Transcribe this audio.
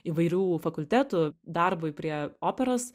įvairių fakultetų darbui prie operos